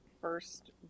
first